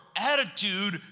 attitude